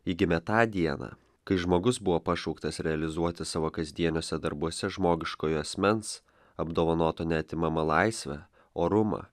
ji gimė tą dieną kai žmogus buvo pašauktas realizuoti savo kasdieniuose darbuose žmogiškojo asmens apdovanoto neatimama laisve orumą